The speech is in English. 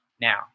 now